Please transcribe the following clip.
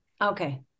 Okay